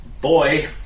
Boy